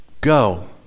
Go